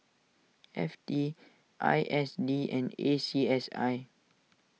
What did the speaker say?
F T I S D and A C S I